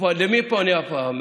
למי אני פונה הפעם?